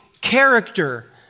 character